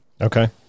Okay